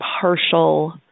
partial